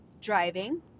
driving